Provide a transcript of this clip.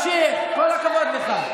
כל הכבוד לך.